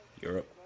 Europe